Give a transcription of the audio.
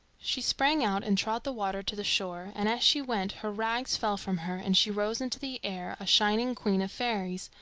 she sprang out and trod the water to the shore, and as she went her rags fell from her and she rose into the air a shining queen of fairies,